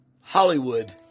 Hollywood